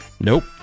Nope